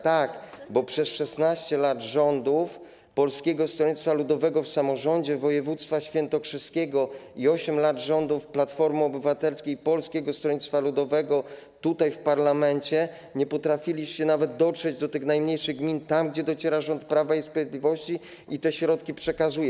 Tak, przez 16 lat rządów Polskiego Stronnictwa Ludowego w samorządzie woj. świętokrzyskiego i 8 lat rządów Platformy Obywatelskiej, Polskiego Stronnictwa Ludowego tutaj, w parlamencie, nie potrafiliście dotrzeć do tych najmniejszych gmin, tam gdzie dociera rząd Prawa i Sprawiedliwości i te środki przekazuje.